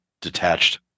detached